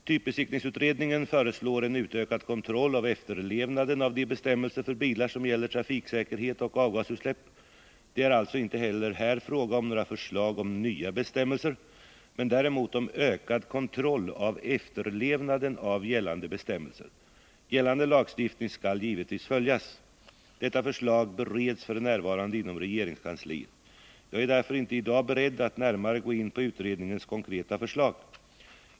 Typbesiktningsutredningen föreslår en utökad kontroll av efterlevnaden av de bestämmelser för bilar som gäller trafiksäkerhet och avgasutsläpp. Det är alltså inte heller här fråga om några förslag om nya bestämmelser men däremot om ökad kontroll av efterlevnaden av gällande bestämmelser. Gällande lagstiftning skall givetvis följas. Detta förslag bereds f. n. inom regeringskansliet. Jag är därför inte i dag beredd att närmare gå in på utredningens konkreta förslag.